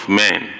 men